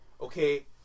okay